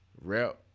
rap